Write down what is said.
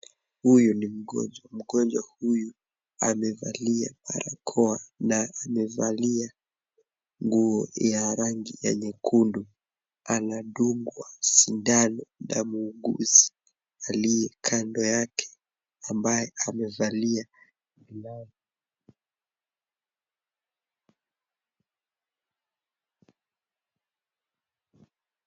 Huyu ni mgonjwa. Mgonjwa huyu amevalia barakoa na amevalia nguo ya rangi nyekundu. Anadungwa sindano na muuguzi aliye kando yake ambaye amevalia glavu .